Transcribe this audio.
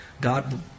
God